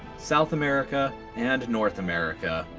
south america, and north america.